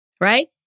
right